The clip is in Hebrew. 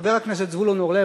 חבר הכנסת זבולון אורלב,